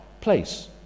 place